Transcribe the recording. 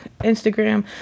Instagram